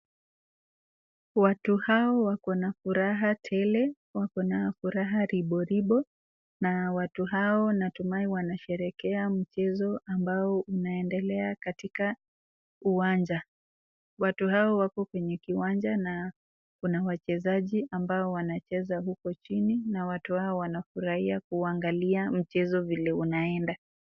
Watu hawa wako na furaha tele. Wako na furaha riboribo na watu hawa natumai wanasherehekea mchezo ambao unaendelea katika uwanja. Watu hao wako kwenye kiwanja na kuna wachezaji ambao wanacheza huko chini na watu hao wanafurahia kuangilia mchezo vile unaenda.